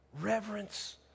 Reverence